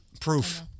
Proof